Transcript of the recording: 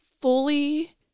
fully